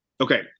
Okay